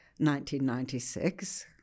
1996